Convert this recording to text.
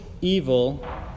evil